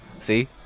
See